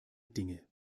dinge